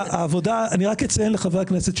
אני רק אציין לחבר הכנסת,